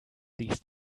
these